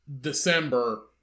December